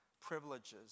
privileges